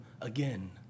again